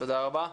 תודה רבה.